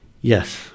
Yes